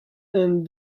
and